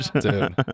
dude